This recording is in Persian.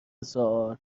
سوال